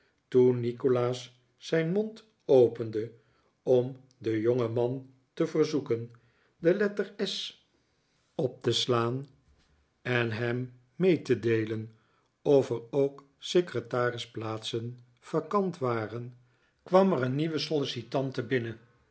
toen nikolaas zijn mond opende om den jongeman te verzoeken de letter s op nikolaas nickleby te slaan en hem mee te deelen of er ook secretaris plaatsen vacant waren kwam er een nieuwe sollicitante binnen